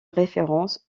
référence